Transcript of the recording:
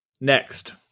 Next